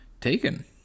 taken